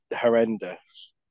horrendous